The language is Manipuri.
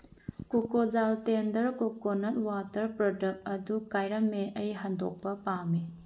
ꯀꯣꯀꯣꯖꯥꯜ ꯇꯦꯟꯗꯔ ꯀꯣꯀꯣꯅꯠ ꯋꯥꯇꯔ ꯄ꯭ꯔꯣꯗꯛ ꯑꯗꯨ ꯀꯥꯏꯔꯝꯃꯦ ꯑꯩ ꯍꯟꯗꯣꯛꯄ ꯄꯥꯝꯃꯤ